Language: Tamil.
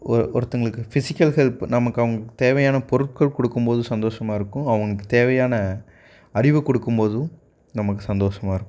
ஒரு ஒருத்தவர்களுக்கு ஃபிஸிக்கல் ஹெல்ப் நமக்கு அவங்களுக்குத் தேவையான பொருட்கள் கொடுக்கும்போது சந்தோஷமாக இருக்கும் அவங்களுக்குத் தேவையான அறிவை கொடுக்கும்போதும் நமக்கு சந்தோஷமாக இருக்கும்